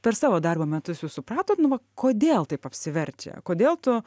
per savo darbo metus jūs supratot nu va kodėl taip apsiverčia kodėl tu